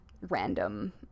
random